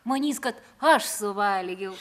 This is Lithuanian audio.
manys kad aš suvalgiau